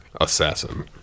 assassin